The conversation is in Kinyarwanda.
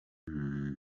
umugabo